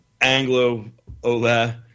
Anglo-Ola